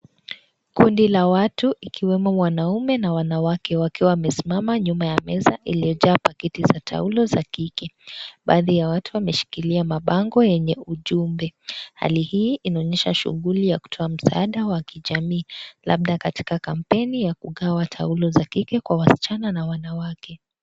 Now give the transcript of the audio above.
Kundi la watu ikiwemo wanaume na wanawake wakiwa wamesimama nyuma ya meza iliyojaa paketi za taulo za kike baadhi ya watu wameshikilia mabango yenye ujumbe, hali hii inaonyesha shughuli ya kutoa msaada wa kijamii labda katika kampeni ya kugawa taulo za kike kwa wasichana na wanawake.